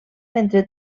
mentre